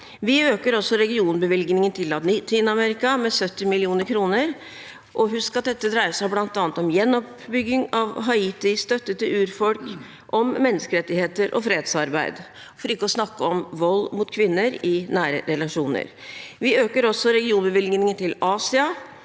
Vi øker også regionbevilgningen til Latin-Amerika med 70 mill. kr. Husk at dette dreier seg bl.a. om gjenoppbygging av Haiti, støtte til urfolk, om menneskerettigheter og fredsarbeid, for ikke å snakke om vold mot kvinner i nære relasjoner. Vi øker også regionbevilgningen til Asia